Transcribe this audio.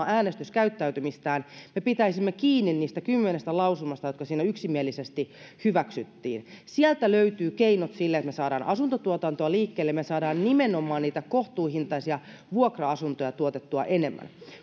äänestyskäyttäytymistään me pitäisimme kiinni niistä kymmenestä lausumasta jotka siinä yksimielisesti hyväksyttiin sieltä löytyvät keinot sille että me saamme asuntotuotantoa liikkeelle saamme nimenomaan niitä kohtuuhintaisia vuokra asuntoja tuotettua enemmän